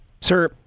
Sir